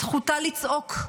זכותה לצעוק,